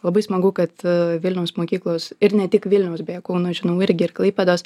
labai smagu kad vilniaus mokyklos ir ne tik vilniaus beje kauno žinau irgi ir klaipėdos